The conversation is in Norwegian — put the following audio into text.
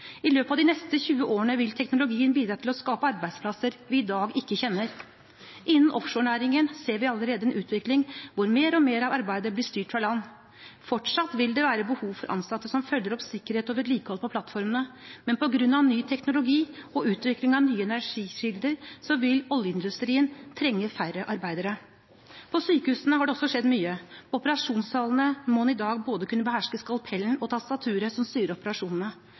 I løpet av de neste 20 årene vil teknologien bidra til å skape arbeidsplasser vi i dag ikke kjenner. Innen offshorenæringen ser vi allerede en utvikling hvor mer og mer av arbeidet blir styrt fra land. Fortsatt vil det være behov for ansatte som følger opp sikkerhet og vedlikehold på plattformene, men på grunn av ny teknologi og utvikling av nye energikilder vil oljeindustrien trenge færre arbeidere. På sykehusene har det også skjedd mye. På operasjonssalene må en i dag kunne beherske både skalpellen og tastaturet som styrer operasjonene.